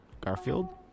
Garfield